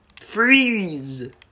Freeze